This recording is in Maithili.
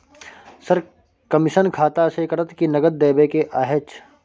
सर, कमिसन खाता से कटत कि नगद देबै के अएछ?